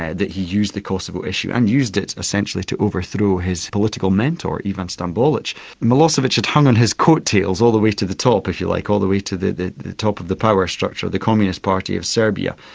that he used the kosovo issue, and used it essentially to overthrow his political mentor, ivan stanbolic. and milosevic had hung on his coat-tails all the way to the top if you like, all the way to the top of the power structure, the communist party of serbia,